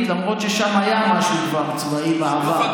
לנצרת עילית, למרות ששם כבר היה משהו צבאי בעבר.